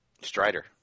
Strider